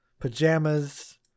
Pajamas